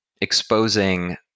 exposing